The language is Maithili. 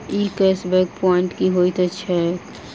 ई कैश बैक प्वांइट की होइत छैक?